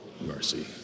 mercy